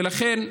ולכן,